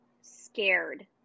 scared